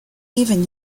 even